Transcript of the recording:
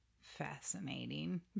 fascinating